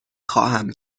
خواهم